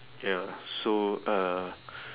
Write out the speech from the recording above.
ya so uh